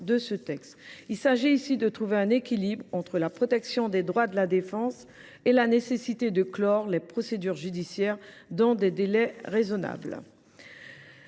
Il s’agit ici de trouver un équilibre entre la protection des droits de la défense et la nécessité de clore les procédures judiciaires dans des délais raisonnables.